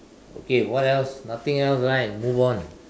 okay what else nothing else right move on